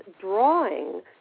drawing